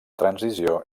transició